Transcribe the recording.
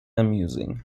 amusing